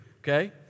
okay